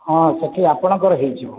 ହଁ ସେଇଠି ଆପଣଙ୍କର ହୋଇଯିବ